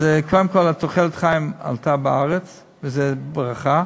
אז קודם כול, תוחלת החיים בארץ עלתה, וזו ברכה.